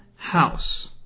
House